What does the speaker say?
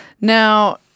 Now